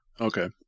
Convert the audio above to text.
Okay